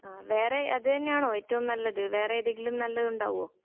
ആ വേറെ അത് തന്നെ ആണോ ഏറ്റവും നല്ലത് വേറെ ഏതെങ്കിലും നല്ലത് ഉണ്ടാകുമോ